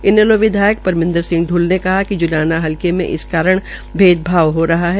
इनैलो विधायक परमिंदर सिंह प्ल ने कहा कि ज्लाना हलके के इस कारण भेदभाव हो रहा है